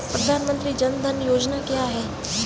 प्रधानमंत्री जन धन योजना क्या है?